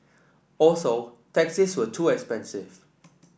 also taxis were too expensive